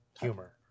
humor